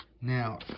Now